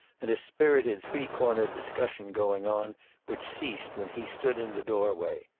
and a spirited three-corner discussion going on which ceased when he stood in the doorway.